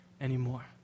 anymore